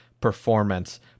performance